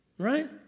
Right